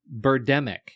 Birdemic